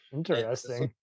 interesting